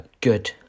good